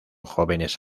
jóvenes